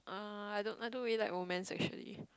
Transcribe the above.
uh I don't I don't really like romance actually